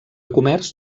comerç